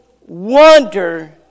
wonder